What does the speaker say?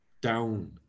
Down